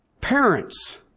Parents